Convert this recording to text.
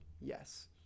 Yes